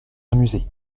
amusé